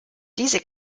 diese